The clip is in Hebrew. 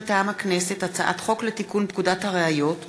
מטעם הכנסת: הצעת חוק לתיקון פקודת הראיות (מס'